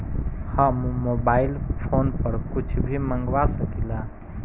हम mobile phone पर कुछ भी मंगवा सकिला?